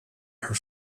her